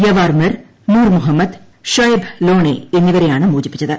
യവാർമിർ നൂർ മുഹമ്മദ് ഷൊയേബ് ലോണേ എന്നിവരെയാണ് മോചിപ്പിച്ചത്